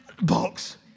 box